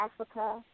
Africa